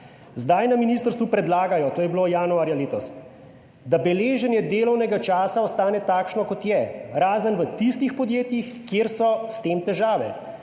Zdaj na ministrstvu predlagajo - to je bilo januarja letos -, da beleženje delovnega časa ostane takšno, kot je, razen v tistih podjetjih, kjer so s tem težave.